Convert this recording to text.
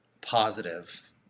positive